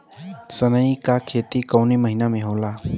सनई का खेती कवने महीना में होला?